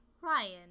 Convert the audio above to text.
Ryan